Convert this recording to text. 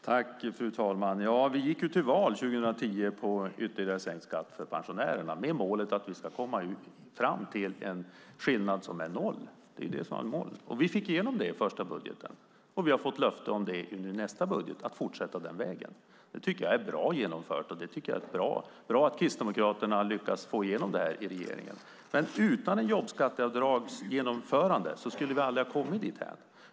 Fru talman! Vi gick till val 2010 på ytterligare sänkt skatt för pensionärerna, med målet att vi ska komma fram till en skillnad som är noll. Det är det som är målet. Vi fick igenom det i den första budgeten, och vi har fått löfte om att fortsätta den vägen i nästa budget. Det tycker jag är bra genomfört. Jag tycker att det är bra att Kristdemokraterna lyckades få igenom det här i regeringen. Utan ett jobbskatteavdragsgenomförande skulle vi aldrig ha kommit dithän.